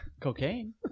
Cocaine